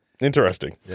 Interesting